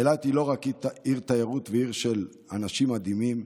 אילת היא לא רק עיר תיירות ועיר של אנשים מדהימים.